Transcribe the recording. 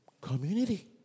community